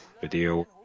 video